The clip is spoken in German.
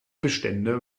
bestände